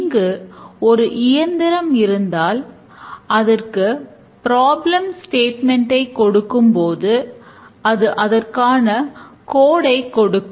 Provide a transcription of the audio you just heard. இங்கும் ஒரு இயந்திரம் இருந்தால் அதற்கு பிராப்ளம் ஸ்டேட்மெண்ட் கொடுக்கும்